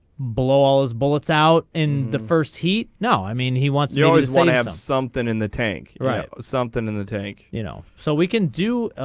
blow all those bullets out in the first heat now i mean he wants you always want to have something in the tank right. something in the tank you know so we can do.